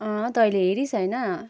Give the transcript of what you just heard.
अँ तैँले हेरिस् होइन